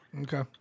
Okay